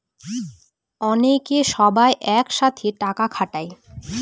অনেকে সবাই এক সাথে টাকা খাটায়